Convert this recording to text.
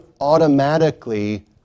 automatically